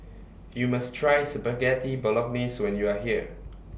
YOU must Try Spaghetti Bolognese when YOU Are here